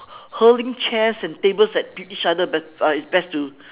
hurling chairs and tables at each other bet~ uh it's best to